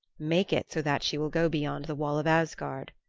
make it so that she will go beyond the wall of asgard,